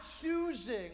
choosing